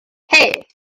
hey